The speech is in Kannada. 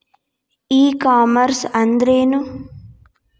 ಇ ಕಾಮರ್ಸ್ ಅಂದ್ರೇನು?